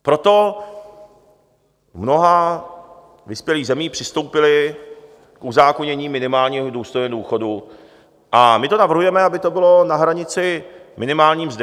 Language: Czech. Proto v mnoha vyspělých zemí přistoupili k uzákonění minimálního důstojného důchodu a my navrhujeme, aby to bylo na hranici minimální mzdy.